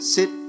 Sit